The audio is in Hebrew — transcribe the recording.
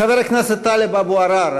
חבר הכנסת טלב אבו עראר.